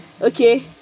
Okay